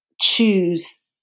choose